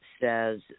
says